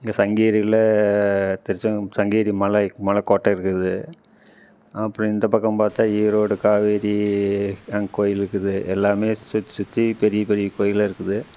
இங்கே சங்கிரியில் திருச்செங் சங்கிரி மலை மலைக்கோட்ட இருக்குது அப்படி இந்த பக்கம் பார்த்தா ஈரோடு காவேரி அங்கே கோயில் இருக்குது எல்லாமே சுற்றி சுற்றி பெரிய பெரிய கோயிலாக இருக்குது